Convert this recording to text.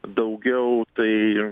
daugiau tai